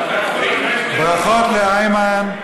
ברכות לאיימן.